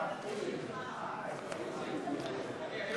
סעיף 2, כהצעת הוועדה, נתקבל.